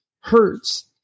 hurts